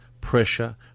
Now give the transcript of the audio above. pressure